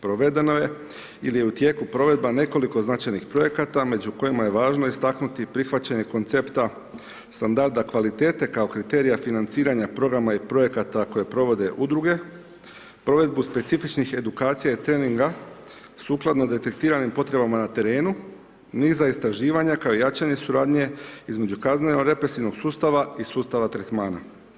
Provedeno je ili je u tijeku provedba nekoliko značajnih projekata među kojima je važno istaknuti i prihvaćanje koncepta standarda kvalitete kao kriterija financiranja programa i projekata koje provode udruge, provedbu specifičnih edukacija i treninga sukladno detektiranim potrebama na terenu, niza istraživanja kao i jačanje suradnje između kazneno represivnog sustava i sustava tretmana.